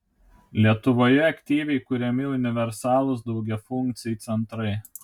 lietuvoje aktyviai kuriami universalūs daugiafunkciai centrai